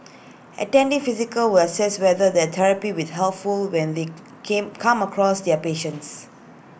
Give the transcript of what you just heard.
attending physical will assess whether that therapy with helpful when they came come across their patients